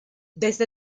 desde